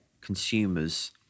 consumers